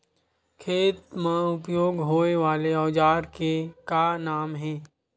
खेत मा उपयोग होए वाले औजार के का नाम हे?